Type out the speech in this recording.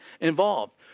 involved